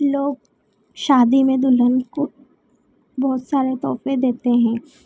लोग शादी में दुल्हन को बहुत सारे तोहफे देते हैं